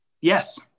Yes